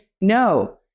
No